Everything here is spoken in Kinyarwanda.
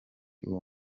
uwo